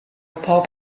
bob